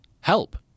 help